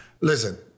listen